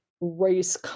race